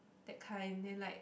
that kind then like